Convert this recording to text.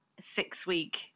six-week